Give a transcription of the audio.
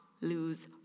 lose